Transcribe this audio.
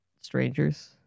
strangers